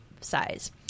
size